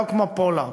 לא כמו פולארד.